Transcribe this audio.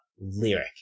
lyric